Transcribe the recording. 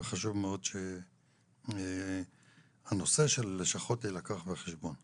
אז חשוב מאוד שהנושא של הלשכות יילקח בחשבון.